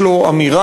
יש לו אמירה,